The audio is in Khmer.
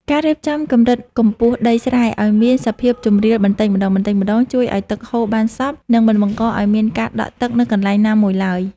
ការរៀបចំកម្រិតកម្ពស់ដីស្រែឱ្យមានសភាពជម្រាលបន្តិចម្តងៗជួយឱ្យទឹកហូរបានសព្វ និងមិនបង្កឱ្យមានការដក់ទឹកនៅកន្លែងណាមួយឡើយ។